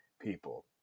people